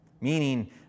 Meaning